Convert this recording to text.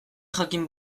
jakin